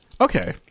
Okay